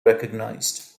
recognized